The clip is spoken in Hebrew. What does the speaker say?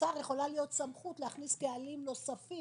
לשר יכולה להיות סמכות להכניס קהלים נוספים